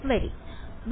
വിദ്യാർത്ഥി വരി